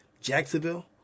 Jacksonville